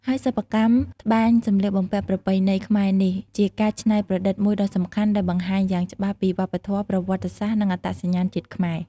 ហើយសិប្បកម្មត្បាញសម្លៀកបំពាក់ប្រពៃណីខ្មែរនេះ ជាការច្នៃប្រឌិតមួយដ៏សំខាន់ដែលបង្ហាញយ៉ាងច្បាស់ពីវប្បធម៌ ប្រវត្តិសាស្ត្រ និងអត្តសញ្ញាណជាតិខ្មែរ។